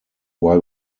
why